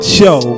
show